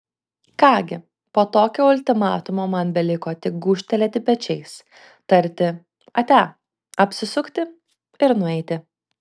ką gi po tokio ultimatumo man beliko tik gūžtelėti pečiais tarti ate apsisukti ir nueiti